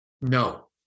No